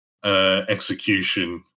Execution